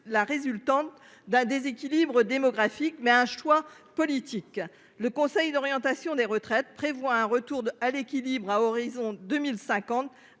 la résultante d'un déséquilibre démographique mais un choix politique. Le conseil d'orientation des retraites prévoit un retour à l'équilibre à horizon 2050,